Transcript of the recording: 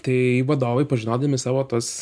tai vadovai pažinodami savo tuos